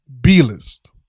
B-List